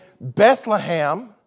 Bethlehem